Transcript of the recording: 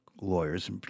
lawyers